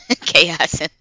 chaos